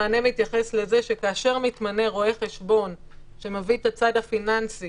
המענה מתייחס לזה שכאשר מתמנה רואה חשבון שמביא את הצד הפיננסי